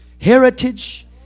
heritage